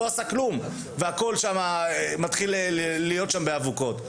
עשה כלום והכל שם מתחיל להיות שם באבוקות,